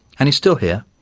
and he's still here,